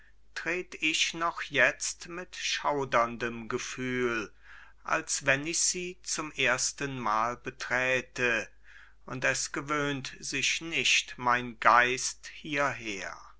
tret ich noch jetzt mit schauderndem gefühl als wenn ich sie zum erstenmal beträte und es gewöhnt sich nicht mein geist hierher